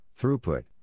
throughput